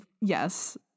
Yes